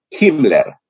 Himmler